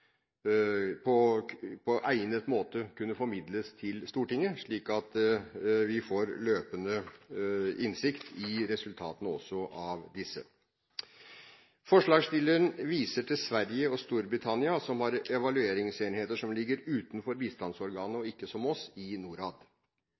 på egnet måte kunne formidles til Stortinget, slik at vi får løpende innsikt i resultatene også av disse. Forslagsstilleren viser til Sverige og Storbritannia som har evalueringsenheter som ligger utenfor bistandsorganet, og